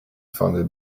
founded